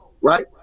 Right